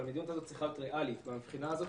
אבל המדיניות הזו צריכה להיות ריאלית מהבחינה הזאת,